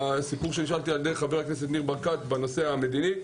לשאלתו של חבר הכנסת ניר ברקת בנושא המדיני,